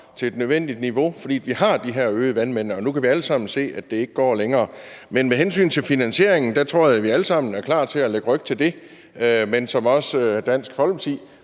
på et nødvendigt niveau, fordi vi har de her øgede vandmængder. Og nu kan vi alle sammen se, at det ikke går længere. Med hensyn til finansieringen tror jeg vi alle sammen er klar til at lægge ryg til det, men som også Dansk Folkeparti